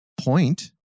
point